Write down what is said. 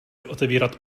otevírat